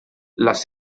les